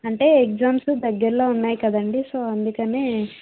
అంటే ఎగ్జామ్స్ దగ్గర్లో ఉన్నాయి కదండి సో అందుకని